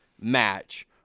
match